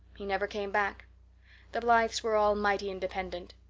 he never came back the blythes were all mighty independent.